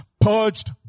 purged